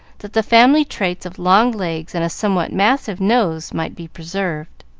that the family traits of long legs and a somewhat massive nose might be preserved.